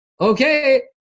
Okay